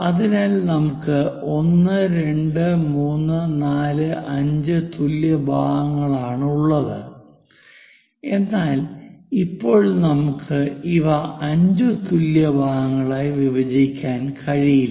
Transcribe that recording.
അതിനാൽ നമുക്ക് 1 2 3 4 5 തുല്യ ഭാഗങ്ങളാണുള്ളത് എന്നാൽ ഇപ്പോൾ നമുക്ക് ഇവ 5 തുല്യ ഭാഗങ്ങളായി വിഭജിക്കാൻ കഴിയില്ല